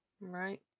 Right